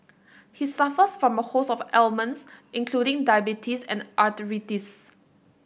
he suffers from a host of ailments including diabetes and arthritis